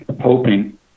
hoping